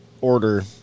order